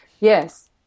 Yes